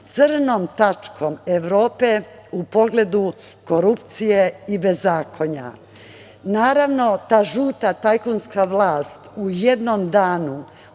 crnom tačkom Evrope u pogledu korupcije i bezakonja. Naravno, ta žuta tajkunska vlast u jednom danu